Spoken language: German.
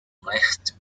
recht